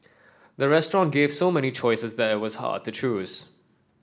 the restaurant gave so many choices that it was hard to choose